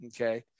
Okay